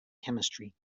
chemistry